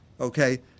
okay